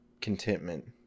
contentment